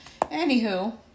Anywho